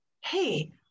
hey